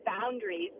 boundaries